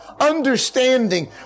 understanding